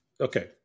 Okay